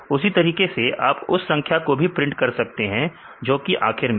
उसी तरीके से आप उस संख्या को भी प्रिंट कर सकते हैं जो कि आखिर में है